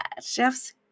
chef's